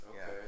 Okay